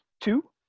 two